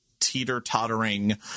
teeter-tottering